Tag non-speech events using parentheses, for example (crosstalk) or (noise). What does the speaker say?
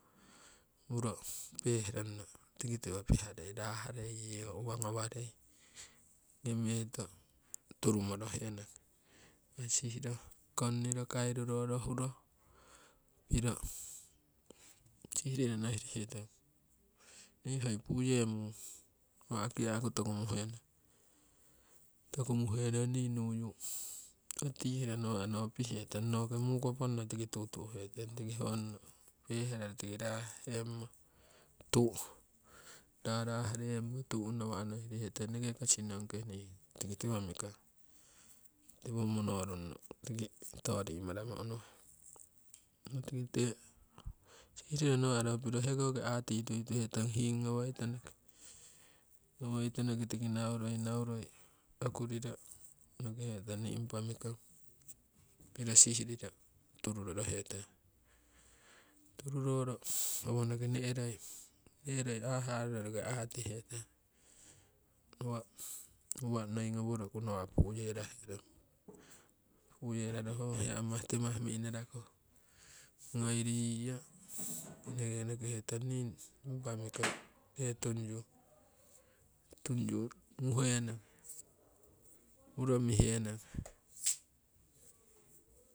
Muroo peh ronno tiki tiwo piharei rahreiyo uwa ngawarei (unintelligible) turu morohenong tiki te sihiro kongniro kairuroro huro, piro sihiriro nohirihe tong nii hoi pu'uye mung nawa' kiyaku toku muhenong. Toku muhenong nii nuyu tiwo tihiro nawa' noo pihetong noki mukoponno tiki tu'u tu'hetong hoono tu'u rarah reemo tu'u nawa' nohiri hete eneke ko sinongkee nii tiki tiwo mikong tipo mono rungno tiki stori maramo unuhe. Impa tiki te sihiriro nawa' ro piro hekoki atii tui tuhetong hiing ngowoi tonoki (laughs) (noise) tiki nauroi, nauroi okuriro nokihe tong nii impa mikong piro sihiriro tururoro hetong. Tururoro howonoki ne'roi, ne'eroi aah haruro roki atihe tong nawa' uwa noi ngowo roku nawa' pu'yee raherong (noise) pu'yeraro ho hiya amah timah mi'naraku ngoiriyo eneke ko nokihetong nii impa mikong ree tunyu muhenong, (noise) muro mihenong. (noise)